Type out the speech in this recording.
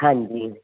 ਹਾਂਜੀ